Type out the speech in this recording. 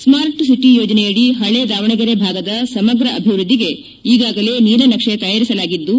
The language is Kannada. ಸ್ಟಾರ್ಟ್ ಸಿಟಿ ಯೋಜನೆಯಡಿ ಪಳೇ ದಾವಣಗೆರೆ ಭಾಗದ ಸಮಗ್ರ ಅಭಿವೃದ್ದಿಗೆ ಈಗಾಗಲೇ ನೀಲ ನಕ್ಷೆ ತಯಾರಿಸಲಾಗಿದ್ದು